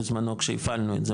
בזמנו כשהפעלנו את זה,